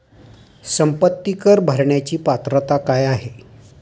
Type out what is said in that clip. संपत्ती कर भरण्याची पात्रता काय आहे?